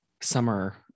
summer